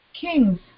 king's